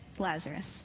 Lazarus